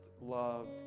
loved